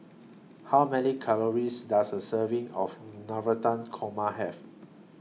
How Many Calories Does A Serving of Navratan Korma Have